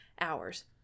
hours